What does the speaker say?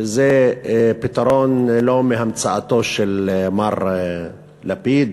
זה פתרון לא מהמצאתו של מר לפיד,